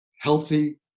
healthy